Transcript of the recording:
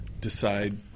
decide